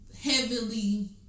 heavily